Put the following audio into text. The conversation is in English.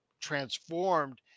transformed